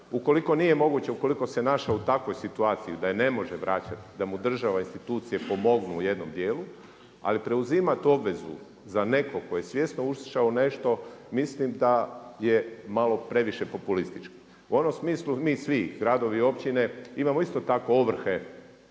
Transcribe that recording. Ukoliko nije moguće, ukoliko se našao u takvoj situaciji da je ne može vraćati da mu država i institucije u jednom dijelu, ali preuzimat obvezu za nekoga tko je svjesno ušao u nešto, mislim da je malo previše populistički. U onom smislu mi svi gradovi i općine imamo isto tako ovrhe